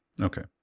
Okay